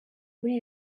muri